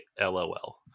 LOL